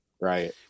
Right